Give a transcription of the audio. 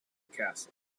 castle